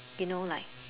you know like